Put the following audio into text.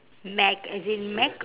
mac as in mac